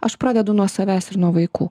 aš pradedu nuo savęs ir nuo vaikų